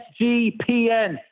SGPN